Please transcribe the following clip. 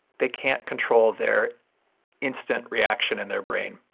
they can't control their instant reaction in their brain,